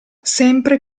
sempre